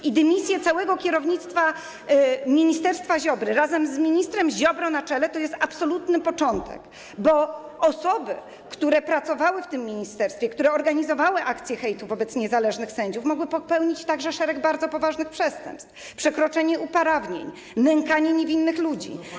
I dymisje całego kierownictwa ministerstwa Ziobry razem z ministrem Ziobrą na czele to jest absolutny początek, bo osoby, które pracowały w tym ministerstwie, które organizowały akcję hejtu wobec niezależnych sędziów, mogły popełnić także szereg bardzo poważnych przestępstw - przekroczenie uprawnień, nękanie niewinnych ludzi.